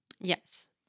Yes